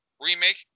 remake